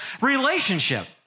relationship